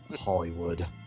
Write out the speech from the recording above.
Hollywood